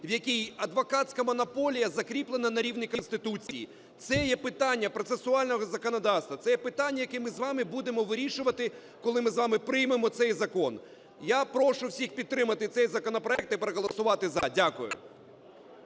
в якій адвокатська монополія закріплена на рівні Конституції. Це є питання процесуального законодавства, це є питання, яке ми з вами будемо вирішувати, коли ми з вами приймемо цей закон. Я прошу всіх підтримати цей законопроект і проголосувати "за". Дякую.